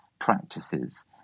practices